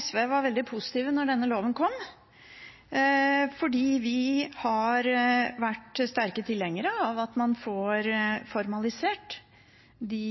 SV var veldig positiv da denne loven kom, fordi vi har vært sterke tilhengere av at man får formalisert de